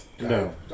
No